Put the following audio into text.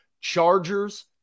Chargers